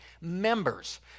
members